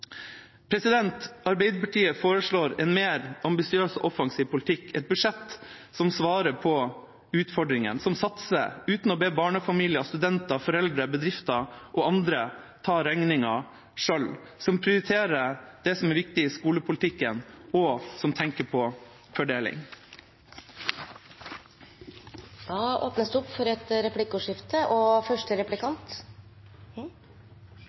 Arbeiderpartiet foreslår en mer ambisiøs og offensiv politikk – med et budsjett som svarer på utfordringene, som satser uten å be barnefamilier, studenter, foreldre, bedrifter og andre ta regningen, som prioriterer det som er viktig i skolepolitikken, og som tenker på fordeling. Ønsker representanten å ta opp